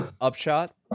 upshot